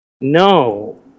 No